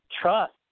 trust